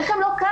איך הם לא כאן?